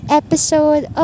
episode